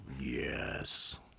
Yes